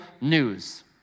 news